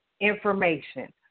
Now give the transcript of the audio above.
Information